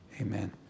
amen